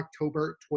October